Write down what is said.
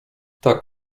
tak